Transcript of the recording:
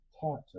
taught